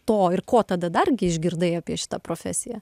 to ir ko tada dar gi išgirdai apie šitą profesiją